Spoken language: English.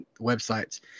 websites